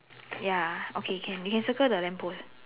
ya okay can we can circle the lamp post